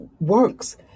works